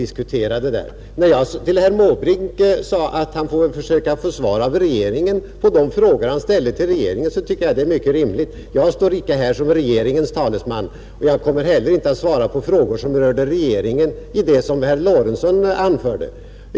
Jag tycker det var rimligt att jag sade till herr Måbrink att han får försöka erhålla svar av regeringen på de frågor han ställt till regeringen — jag står inte här som regeringens talesman och jag kommer heller inte att svara på frågor som rör regeringen i herr Lorentzons anförande.